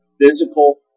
physical